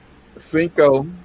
Cinco